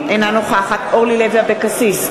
אינה נוכחת אורלי לוי אבקסיס,